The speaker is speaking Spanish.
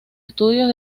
estudios